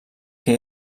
que